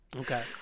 Okay